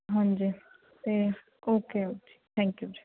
ਹਾਂਜੀ ਅਤੇ okay thank you ਜੀ